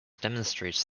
demonstrates